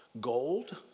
Gold